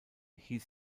hieß